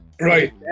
Right